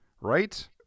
right